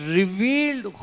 revealed